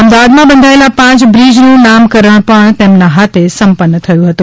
અમદાવાદમાં બંધાયેલા પાંચ બ્રીજનું નામકરણ પણ તેમના હાથે સંપન્ન થયું હતું